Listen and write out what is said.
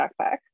backpack